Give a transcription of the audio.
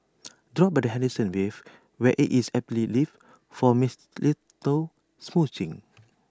drop by the Henderson waves where IT is aptly lit for mistletoe smooching